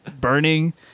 burning